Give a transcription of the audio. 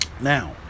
now